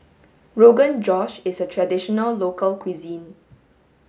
rogan josh is a traditional local cuisine